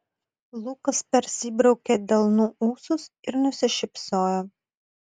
lukas persibraukė delnu ūsus ir nusišypsojo